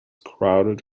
crowded